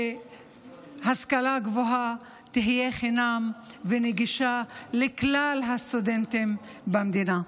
שהשכלה גבוהה תהיה חינם ונגישה לכלל הסטודנטים במדינה.